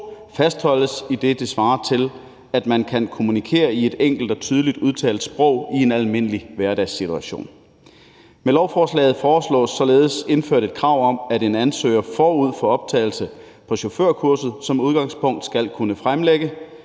fastholdes, idet det svarer til, at man kan kommunikere med et enkelt og tydeligt udtalt sprog i en almindelig hverdagssituation. Med lovforslaget foreslås således indført et krav om, at en ansøger forud for optagelse på chaufførkurset som udgangspunkt skal kunne fremlægge